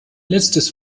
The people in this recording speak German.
letztes